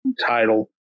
title